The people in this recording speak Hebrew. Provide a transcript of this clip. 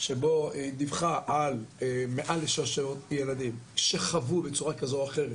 שבו היא דיווחה על מעל לשלוש מאות ילדים שחווה בצורה זו או אחרת